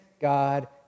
God